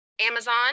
Amazon